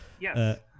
Yes